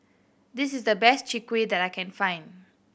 this is the best Chwee Kueh that I can find